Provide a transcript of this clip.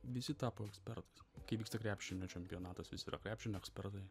visi tapo ekspertais kai vyksta krepšinio čempionatas visi yra krepšinio ekspertai